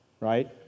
right